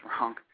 wrong